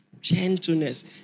gentleness